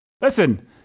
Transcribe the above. Listen